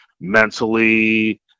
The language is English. mentally